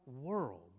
world